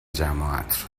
جماعت